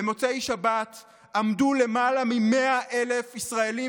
במוצאי שבת עמדו למעלה מ-100,000 ישראלים